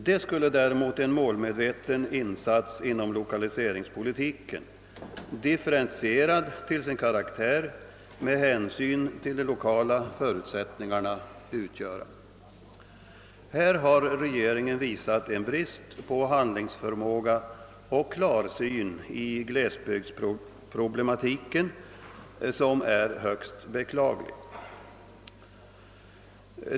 Det skulle däremot en målmedveten insats inom lokaliseringspolitiken, differentierad till sin karaktär med hänsyn till de lokala förutsättningarna, utgöra. Här har regeringen visat en brist på handlingsförmåga och klarsyn i glesbygdsproblematiken som är högst beklaglig.